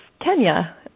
Kenya